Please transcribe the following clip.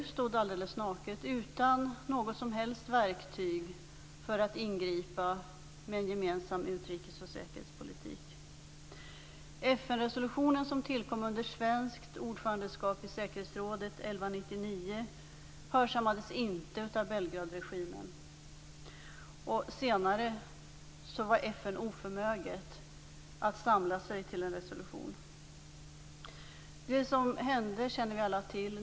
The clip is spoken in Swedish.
EU stod alldeles naket utan något som helst verktyg för att ingripa med en gemensam utrikes och säkerhetspolitik. FN-resolutionen, 1199, som tillkom under svenskt ordförandeskap i Säkerhetsrådet, hörsammades inte av Belgradregimen. Och senare var FN oförmöget att samla sig till en resolution. Vi känner alla till vad som hände.